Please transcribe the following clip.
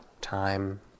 time